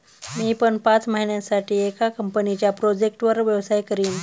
मी पण पाच महिन्यासाठी एका कंपनीच्या प्रोजेक्टवर व्यवसाय करीन